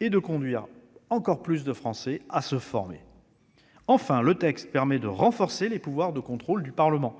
et d'inciter encore davantage de Français à se former. Enfin, le texte permet de renforcer les pouvoirs de contrôle du Parlement.